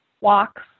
walks